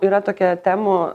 yra tokia temų